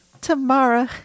tomorrow